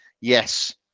yes